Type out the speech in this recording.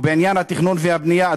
ובעניין התכנון והבנייה,